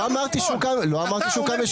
לא אמרתי שהוקם יישוב.